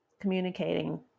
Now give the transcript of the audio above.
communicating